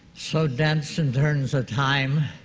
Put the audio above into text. so dense in terms of time,